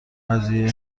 قضیه